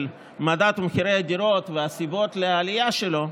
מדד מחירי הדירות והסיבות לעלייה שלו,